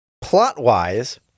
plot-wise